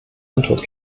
antwort